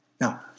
Now